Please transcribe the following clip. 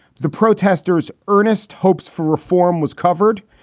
the protesters, earnest hopes for reform was covered,